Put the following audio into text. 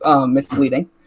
misleading